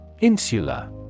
Insula